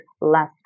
less